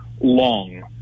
long